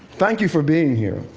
thank you for being here.